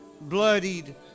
bloodied